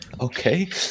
okay